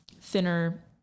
thinner